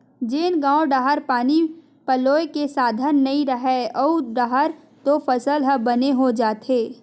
जेन गाँव डाहर पानी पलोए के साधन नइय रहय ओऊ डाहर तो फसल ह बने हो जाथे